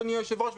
אדוני היושב-ראש,